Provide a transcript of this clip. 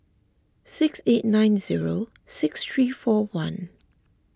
six eight nine zero six three four one